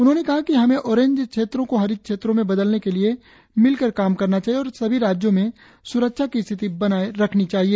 उन्होंने कहा कि हमें ऑरेंज क्षेत्रों को हरित क्षेत्रों में बदलने के लिए मिलकर काम करना चाहिए और सभी राज्यों में स्रक्षा की स्थिति बनाये रखनी चाहिए